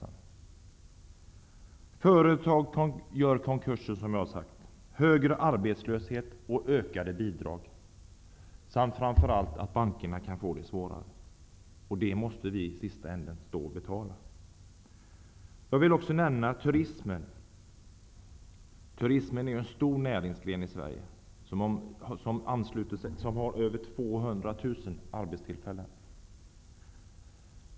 Den leder till företagskonkurser, högre arbetslöshet och ökade bidrag, samt framför allt att bankerna kan få det svårare. Detta måste vi i slutändan betala. Jag vill också nämna turismen. Den är en stor näringsgren i Sverige, som har över 200 000 arbetstillfällen.